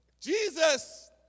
Jesus